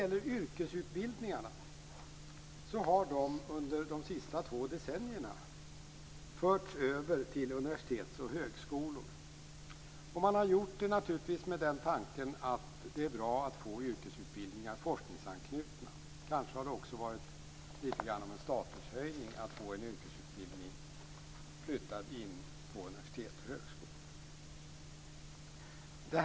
Vissa yrkesutbildningar har under de senaste två decennierna förts över till universitet och högskolor. Det har naturligtvis skett med den tanken att det är bra att få yrkesutbildningar forskningsanknutna. Kanske har det också varit litet grand av en statushöjning att få en yrkesutbildning flyttad in på universitet och högskolor.